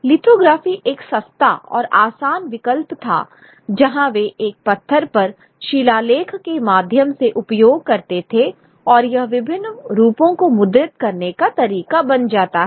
lithography एक सस्ता और आसान विकल्प था जहां वे एक पत्थर पर शिलालेख के माध्यम से उपयोग कर सकते थे और यह विभिन्न रूपों को मुद्रित करने का तरीका बन जाता है